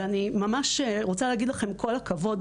ואני ממש רוצה להגיד לכן: כל הכבוד.